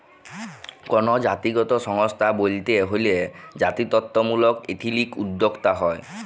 call জাতিগত সংস্থা ব্যইলতে হ্যলে জাতিত্ত্বমূলক এথলিক উদ্যোক্তা হ্যয়